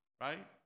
Right